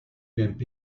ump